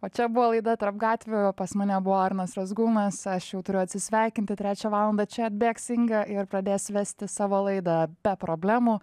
o čia buvo laida tarp gatvių o pas mane buvo arnas razgūnas aš jau turiu atsisveikinti trečią valandą čia atbėgs inga ir pradės vesti savo laidą be problemų